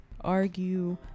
argue